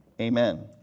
amen